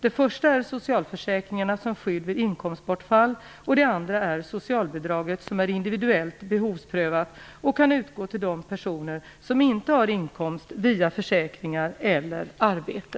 Det första är socialförsäkringarna som skydd vid inomkostbortfall. Det andra är socialbidraget, som är individuellt behovsprövat och kan utgå till de personer som inte har inkomst via försäkringar eller arbete.